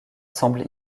semble